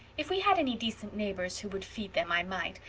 if we had any decent neighbors who would feed them i might,